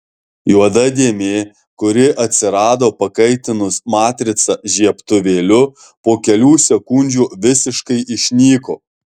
juoda dėmė kuri atsirado pakaitinus matricą žiebtuvėliu po kelių sekundžių visiškai išnyko